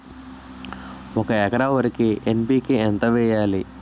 ఒక ఎకర వరికి ఎన్.పి.కే ఎంత వేయాలి?